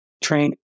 train